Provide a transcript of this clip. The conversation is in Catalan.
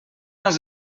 has